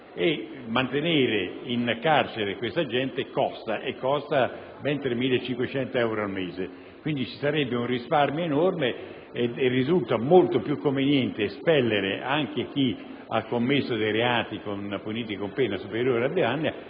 e mantenere in carcere questa gente costa ben 3.500 euro al mese. Quindi, ci sarebbe un risparmio enorme e risulta molto più conveniente espellere anche chi ha commesso dei reati puniti con pena superiore a due anni,